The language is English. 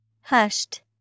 Hushed